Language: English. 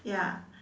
ya